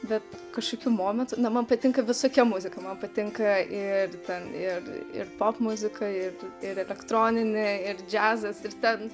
bet kažkokiu momentu man patinka visokia muzika man patinka ir ten ir ir popmuzika ir ir elektroninė ir džiazas ir ten